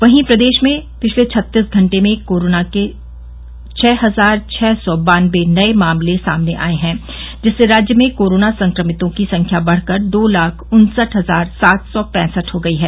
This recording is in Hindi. वहीं प्रदेश में पिछले छत्तीस घंटे में कोरोना संक्रमण के छः हजार छः सौ बान्नबे नये मामले सामने आये हैं जिससे राज्य में कोरोना संक्रमितों की संख्या बढ़कर दो लाख उन्सठ हजार सात सौ पैंसठ हो गई है